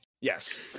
Yes